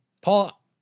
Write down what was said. Paul